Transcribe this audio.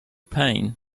pain